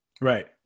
right